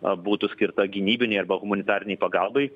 būtų skirta gynybinei arba humanitarinei pagalbai